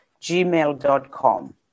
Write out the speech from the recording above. gmail.com